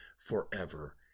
forever